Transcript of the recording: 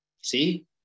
See